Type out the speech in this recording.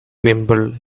wimble